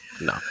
No